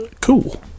Cool